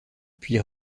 puis